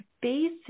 basic